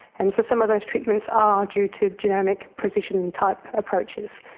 and so some of those treatments are due to genomic precision type approaches.